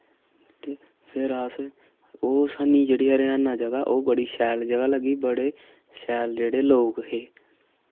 ते फिर अस ओ सानी जेह्ड़ी हरियाणा जगह् ऐ ओह् बड़ी शैल जगह् लग्गी बड़े शैल जेह्ड़े लोक हे